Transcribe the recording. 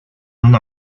una